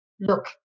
Look